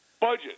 budget